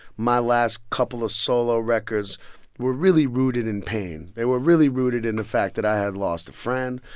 my last couple of solo records were really rooted in pain. they were really rooted in the fact that i had lost a friend,